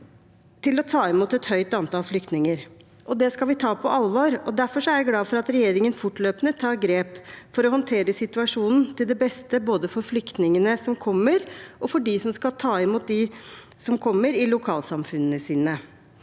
til å ta imot et høyt antall flyktninger, og det skal vi ta på alvor. Derfor er jeg glad for at regjeringen fortløpende tar grep for å håndtere situasjonen til det beste både for flyktningene som kommer, og for de som skal ta imot dem som kommer til lokalsamfunnene sine.